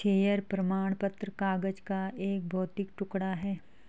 share प्रमाण पत्र कागज का एक भौतिक टुकड़ा है